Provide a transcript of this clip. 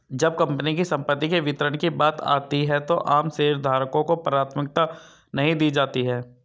जब कंपनी की संपत्ति के वितरण की बात आती है तो आम शेयरधारकों को प्राथमिकता नहीं दी जाती है